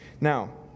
Now